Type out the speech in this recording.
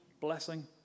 blessing